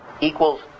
equals